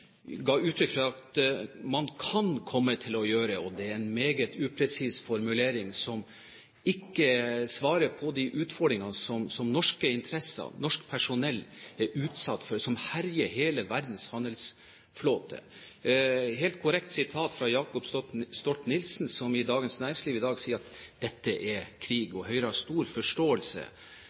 ga uttrykk for at man «kan komme til» å gjøre noe. Det er en meget upresis formulering som ikke gir svar på de utfordringene som norske interesser, norsk personell, er utsatt for, og som herjer hele verdens handelsflåte. Et helt korrekt sitat fra Jacob Stolt-Nielsen i Dagens Næringsliv er: «Dette er krig.» Høyre har stor forståelse